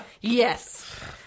Yes